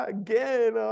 again